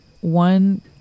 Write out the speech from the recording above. one